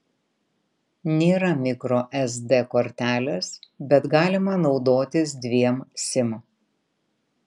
nėra mikro sd kortelės bet galima naudotis dviem sim